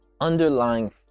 underlying